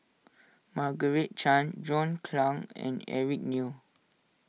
Margaret Chan John Clang and Eric Neo